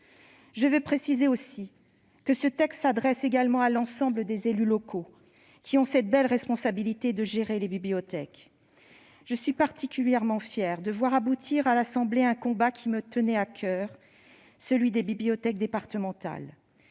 Je veux préciser aussi que ce texte s'adresse également à l'ensemble des élus locaux, qui ont cette belle responsabilité de gérer les bibliothèques. Ainsi, je suis particulièrement fière de voir aboutir à l'Assemblée nationale un combat qui me tenait à coeur, celui des bibliothèques départementales.